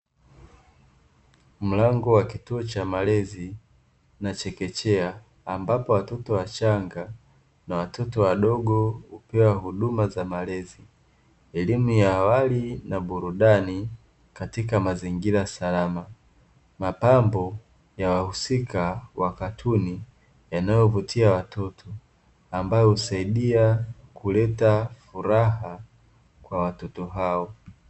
Mlango wa kituo cha malezi na chekechea, ambapo watoto wachanga na watoto wadogo hupewa huduma za malezi, elimu ya awali, na burudani, katika mazingira salama. Mapambo ya wahusika wa katuni, eneo huvutia watoto, ambalo husaidia kuleta furaha kwa watoto hao.